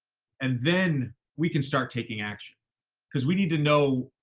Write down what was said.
and then we can start taking action cuz we need to know